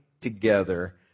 together